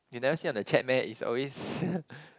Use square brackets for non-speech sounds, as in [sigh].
you never see on the chat meh it's always [laughs]